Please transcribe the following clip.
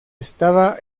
estaba